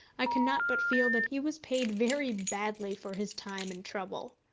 i cannot but feel that he was paid very badly for his time and trouble.